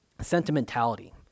sentimentality